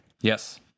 Yes